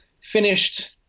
finished